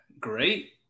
Great